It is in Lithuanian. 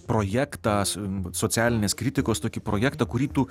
projektą socialinės kritikos tokį projektą kurį tu